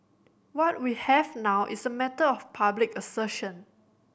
what we have now is a matter of public assertion